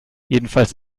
jedenfalls